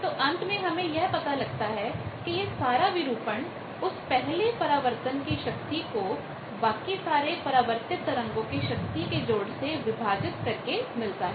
तो अंत में हमें यह पता लगता है की यह सारा विरूपण distortion डिस्टॉरशन उस पहले परावर्तन की शक्ति को बाकी सारे परावर्तित तरंगों की शक्ति के जोड़ से विभाजित करके मिलता है